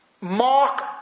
mark